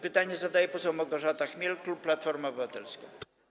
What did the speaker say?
Pytanie zadaje poseł Małgorzata Chmiel, klub Platforma Obywatelska.